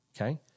Okay